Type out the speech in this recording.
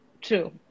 True